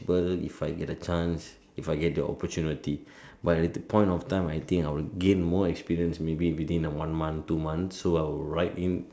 ble if I get the chance if I get the opportunity by that point of time I think I will gain more experience maybe within the one month two month so I'll write in